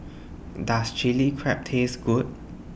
Does Chili Crab Taste Good